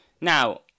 now